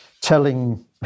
telling